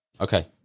Okay